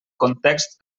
context